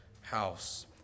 house